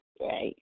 Right